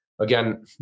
again